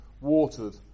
watered